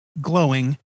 glowing